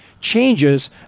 changes